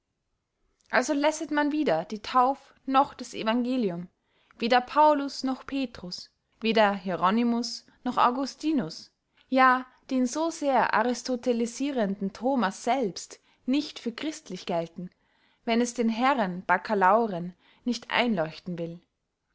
also lässet man weder die tauf noch das evangelium weder paulus noch petrus weder hieronymus noch augustinus ja den so sehr aristotelesierenden thomas selbst nicht für christlich gelten wenn es den herren baccalauren nicht einleuchten will